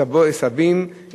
סבים,